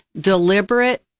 deliberate